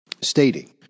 stating